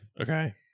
Okay